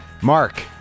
Mark